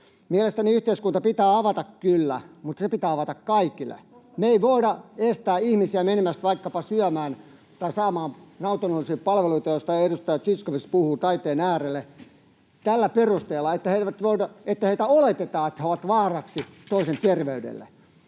Mielestäni yhteiskunta pitää avata kyllä, mutta se pitää avata kaikille. [Ben Zyskowicz: Totta kai!] Me ei voida estää ihmisiä menemästä vaikkapa syömään tai saamaan nautinnollisia palveluita, joista edustaja Zyskowicz puhuu, taiteen äärelle tällä perusteella, että oletetaan, että he ovat vaaraksi toisten terveydelle.